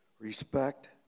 respect